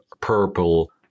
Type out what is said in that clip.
purple